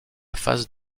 phase